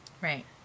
Right